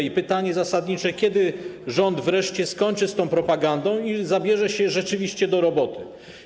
I pytanie zasadnicze: Kiedy rząd wreszcie skończy z tą propagandą i zabierze się rzeczywiście do roboty?